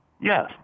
Yes